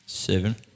Seven